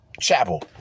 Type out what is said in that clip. Chapel